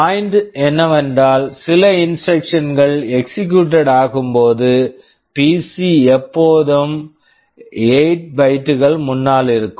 point point என்னவென்றால் சில instruction instruction கள் எக்ஸிகுயூட்டட் executed ஆகும் போது பிசி PC எப்போதும் 8 பைட்டு bytes கள் முன்னால் இருக்கும்